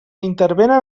intervenen